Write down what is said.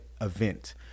event